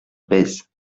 bèze